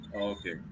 Okay